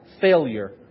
failure